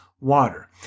water